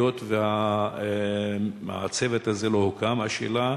היות שהצוות הזה לא הוקם, השאלה